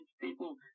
people